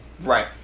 Right